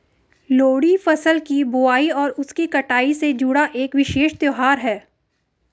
लोहड़ी फसल की बुआई और उसकी कटाई से जुड़ा एक विशेष त्यौहार है